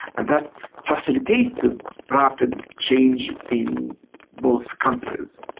and that facilitated rapid change in both countries.